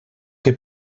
que